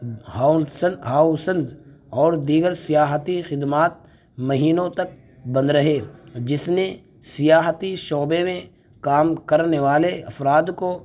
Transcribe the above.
whole cell ہاؤ سلز اور دیگر سیاحتی خدمات مہینوں تک بند رہے جس نے سیاحتی شعبے میں کام کرنے والے افراد کو